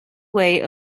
way